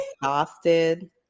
exhausted